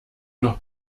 noch